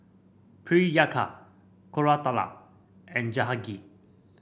Priyanka Koratala and Jahangir